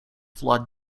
flood